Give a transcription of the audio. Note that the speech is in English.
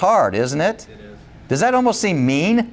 hard isn't it does that almost seem mean